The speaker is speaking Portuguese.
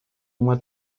uma